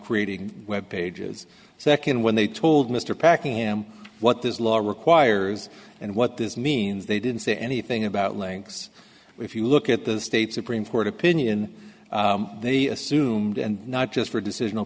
creating web pages second when they told mr packing ham what this law requires and what this means they didn't say anything about links if you look at the state supreme court opinion they assumed and not just for decision